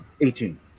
eighteen